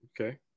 Okay